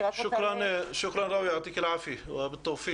שוכרן ראויה, יַעְטִיכּ אֵלְ-עַאפְיֵה.